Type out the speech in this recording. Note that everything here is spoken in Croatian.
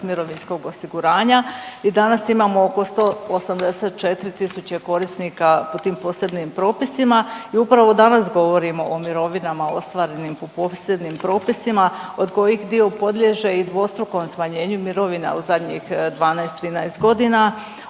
mirovinskog osiguranja i danas imamo oko 184 tisuće korisnika po tim posebnim propisima i upravo danas govorimo o mirovinama ostvarenim po posebnim propisima, od kojih dio podliježe i dvostrukom smanjenju mirovina u zadnjih 12, 13 godina.